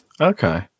Okay